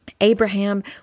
Abraham